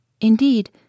Indeed